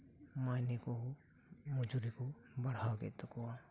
ᱢᱟᱭᱱᱮ ᱠᱚᱦᱚᱸ ᱢᱚᱡᱩᱨᱤᱠᱩ ᱵᱟᱲᱦᱟᱣᱠᱮᱫ ᱛᱟᱠᱩᱣᱟ